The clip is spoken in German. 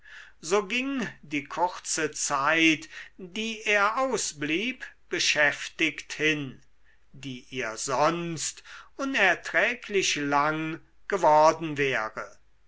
so ging die kurze zeit die er ausblieb beschäftigt hin die ihr sonst unerträglich lang geworden wäre